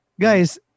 Guys